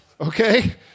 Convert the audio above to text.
Okay